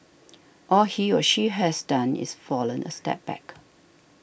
all he or she has done is fallen a step back